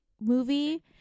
movie